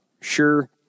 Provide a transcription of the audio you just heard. Sure